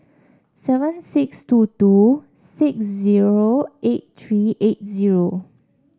seven six two two six zero eight three eight zero